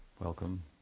Welcome